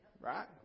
Right